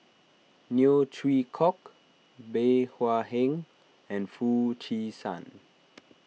Neo Chwee Kok Bey Hua Heng and Foo Chee San